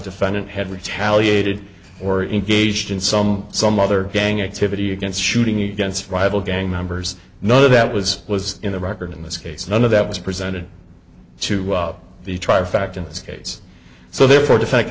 defendant had retaliated or in gauged in some some other gang activity against shooting against rival gang members none of that was was in the record in this case none of that was presented to the trial fact in this case so therefore